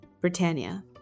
Britannia